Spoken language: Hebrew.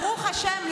ברוך השם,